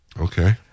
Okay